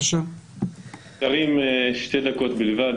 קטן או בינוני הוא פונקציה של מחזור עסקי ולא של גודל